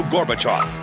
Gorbachev